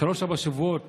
שלושה-ארבעה שבועות